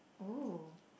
oh